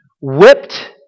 whipped